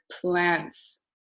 plants